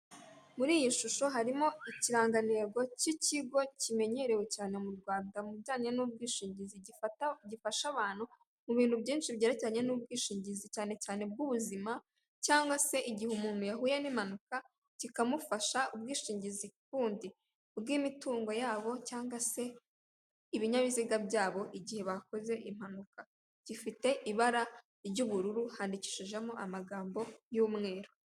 Muri iyi shusho harimo ikirangantego cy'ikigo kimenyerewe cyane mu Rwanda mu bijyanye n'ubwishingizi, gifasha abantu mu bintu byinshi byerekeranye n'ubwishingizi cyane cyane bw'ubuzima cyangwa se igihe umuntu yahuye n'impanuka kikamufasha, ubwishingizi kundi bw'imitungo yabo, cyangwa se ibinyabiziga byabo, igihe bakoze impanuka, gifite ibara ry'ubururu handikishijemo amagambo y'umweru.